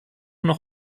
noch